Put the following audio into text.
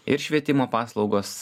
ir švietimo paslaugos